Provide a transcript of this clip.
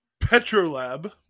Petrolab